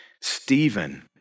Stephen